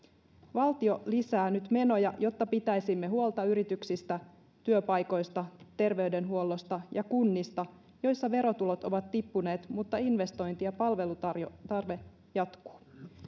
valtio lisää nyt menoja jotta pitäisimme huolta yrityksistä työpaikoista terveydenhuollosta ja kunnista joissa verotulot ovat tippuneet mutta investointi ja palvelutarve jatkuu